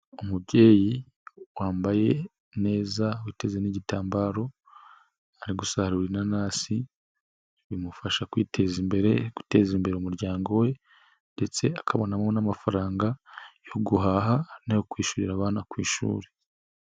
Umubyeyi wambaye neza uteze n'igitambaro ari gusarura inanasi, bimufasha kwiteza imbere, guteza imbere umuryango we ndetse akabonamo n'amafaranga yo guhaha no kwishyurira abana ku ishuri.